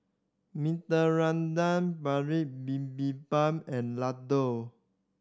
Bibimbap and Ladoo